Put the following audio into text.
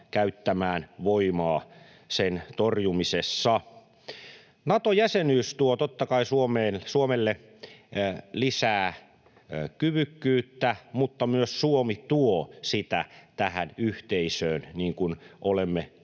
käyttämään voimaa sen torjumisessa. Nato-jäsenyys tuo, totta kai, Suomelle lisää kyvykkyyttä, mutta myös Suomi tuo sitä tähän yhteisöön, niin kuin olemme